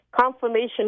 confirmation